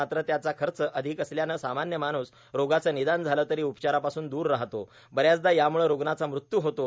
मात्र त्यांचा खच अर्धिक असल्यानं सामान्य माणूस रोगाचं र्गिनदान झालं तरों उपचारापासून दूर राहतो बऱ्याचदा यामुळं रुग्णाचा मृत्यू होतो